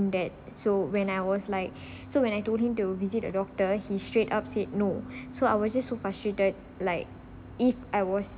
dad so when I was like so when I told him to visit a doctor he straight up said no so I was just so frustrated like if I was